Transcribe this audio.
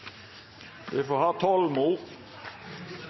vi ha